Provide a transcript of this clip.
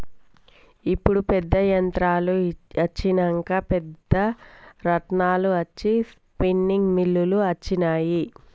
ఇప్పుడు పెద్ద యంత్రాలు అచ్చినంక పెద్ద రాట్నాలు అచ్చి స్పిన్నింగ్ మిల్లులు అచ్చినాయి